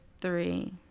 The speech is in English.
three